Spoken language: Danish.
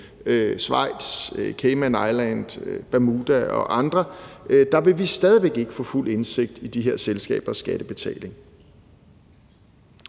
Schweiz, Cayman Islands, Bermuda og andre – vil vi stadig væk ikke få fuld indsigt i de her selskabers skattebetaling.